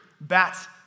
Bats